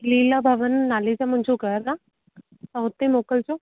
लीला भवन नाले सां मुंहिंजो घरु आहे तव्हां उते मोकिलिजो